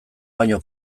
baino